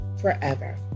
forever